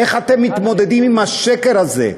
איך אתם מתמודדים עם השקר הזה,